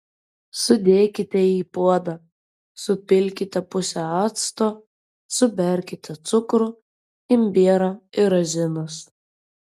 sudėkite į puodą supilkite pusę acto suberkite cukrų imbierą ir razinas